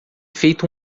feito